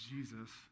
Jesus